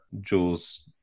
Jules